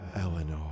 Eleanor